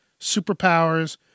superpowers